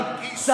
אני אומר לכם,